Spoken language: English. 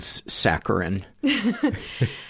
saccharin